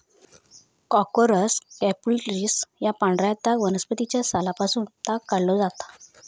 Corchorus capsularis या पांढऱ्या ताग वनस्पतीच्या सालापासून ताग काढलो जाता